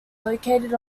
located